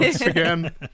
again